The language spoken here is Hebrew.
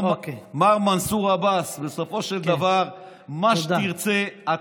מר מנסור עבאס, בסופו של דבר, כן.